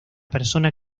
persona